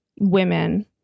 Women